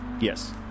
Yes